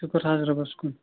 شُکُر حظ رۄبَس کُن